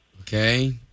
Okay